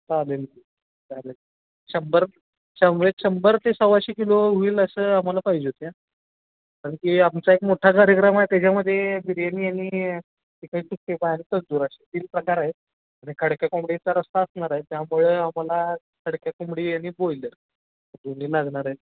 चालेल चालेल शंभर शंभर शंभर ते सव्वाशे किलो होईल असं आम्हाला पाहिजे होत्या कारण की आमचा एक मोठा कार्यक्रम आहे त्याच्यामध्ये बिर्याणी आणि चिकन तंदूर असे तीन प्रकार आहे आणि खडक्या कोंबडीचा रस्ता असणार आहे त्यामुळे आम्हाला खडक्या कोंबडी आणि बोईलर दोन्ही लागणार आहे